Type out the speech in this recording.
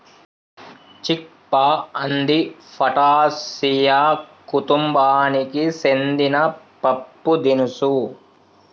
చిక్ పా అంది ఫాటాసియా కుతుంబానికి సెందిన పప్పుదినుసు